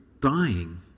dying